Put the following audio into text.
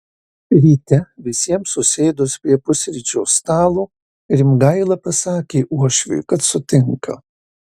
ryte visiems susėdus prie pusryčių stalo rimgaila pasakė uošviui kad sutinka